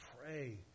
pray